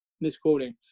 misquoting